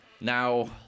Now